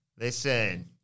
listen